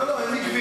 לא, לא, הם עקביים.